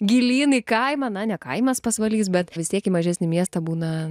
gilyn į kaimą na ne kaimas pasvalys bet vis tiek į mažesnį miestą būna